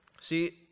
See